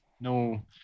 no